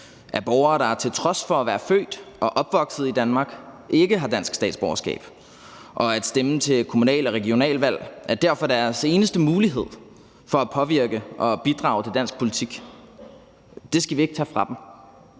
er borgere, der til trods for at være født og opvokset i Danmark ikke har dansk statsborgerskab, og at stemme til kommunal- og regionalvalg er derfor deres eneste mulighed for at påvirke og bidrage til dansk politik. Det skal vi ikke tage fra dem.